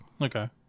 Okay